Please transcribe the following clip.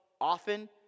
Often